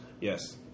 Yes